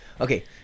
Okay